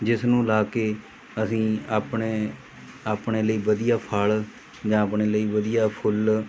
ਜਿਸਨੂੰ ਲਾ ਕੇ ਅਸੀਂ ਆਪਣੇ ਆਪਣੇ ਲਈ ਵਧੀਆ ਫ਼ਲ ਜਾਂ ਆਪਣੇ ਲਈ ਵਧੀਆ ਫੁੱਲ